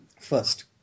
first